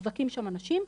מוחזקים שם אנשים,